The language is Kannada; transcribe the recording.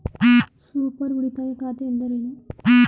ಸೂಪರ್ ಉಳಿತಾಯ ಖಾತೆ ಎಂದರೇನು?